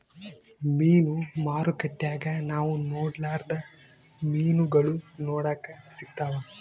ಮೀನು ಮಾರುಕಟ್ಟೆಗ ನಾವು ನೊಡರ್ಲಾದ ಮೀನುಗಳು ನೋಡಕ ಸಿಕ್ತವಾ